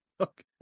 Okay